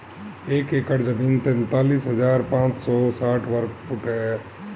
एक एकड़ जमीन तैंतालीस हजार पांच सौ साठ वर्ग फुट ह